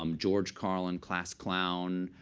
um george carlin, class clown,